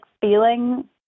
feeling